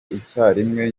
icyarimwe